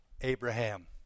Abraham